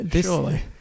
surely